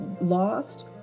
lost